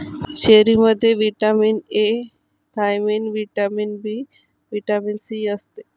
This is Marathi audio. चेरीमध्ये vitamin A, thiamine, vitamin B, vitamin C असते